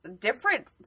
different